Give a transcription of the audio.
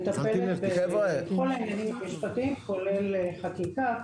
מטפלת בכל העניינים המשפטיים כולל חקיקה,